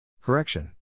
Correction